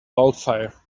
wildfire